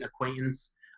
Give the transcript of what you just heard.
acquaintance